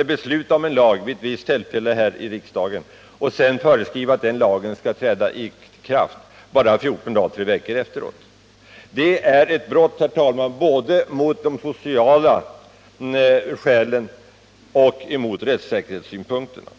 att besluta om en lag vid ett tillfälle och sedan föreskriva att den lagen skall träda i kraft bara 14 dagar eller tre veckor efteråt. Det strider, herr talman, både mot de sociala kraven och mot rättssäkerhetssynpunkterna.